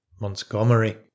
Montgomery